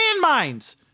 landmines